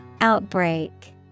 Outbreak